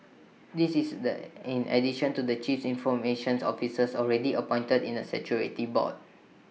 this is the in addition to the chief information officers already appointed in statutory boards